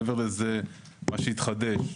מעבר לזה מה שהתחדש,